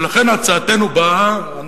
ולכן הצעתנו באה,